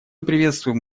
приветствуем